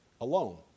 alone